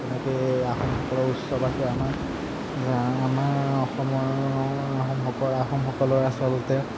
যেনেকৈ আহোমসকলৰ উৎসৱ আছে আমাৰ আমাৰ অসমৰ আহোমসকল আহোমসকলৰ আচলতে